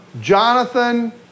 Jonathan